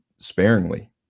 sparingly